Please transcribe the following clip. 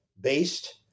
based